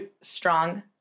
strong